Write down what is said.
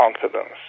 confidence